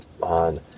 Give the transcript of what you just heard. on